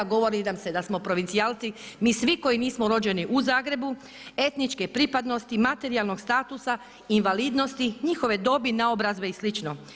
Govori nam se da smo provincijalci mi svi koji nismo rođeni u Zagrebu, etničke pripadnosti, materijalnog statusa, invalidnosti, njihove dobi, naobrazbe i slično.